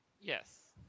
Yes